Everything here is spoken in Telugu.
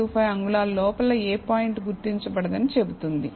25 అంగుళాల లోపల ఏ పాయింట్ గుర్తించబడదని చెబుతుంది